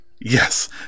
Yes